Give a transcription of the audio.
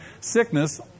sickness